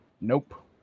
nope